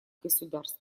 государств